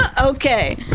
Okay